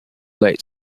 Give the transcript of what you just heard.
late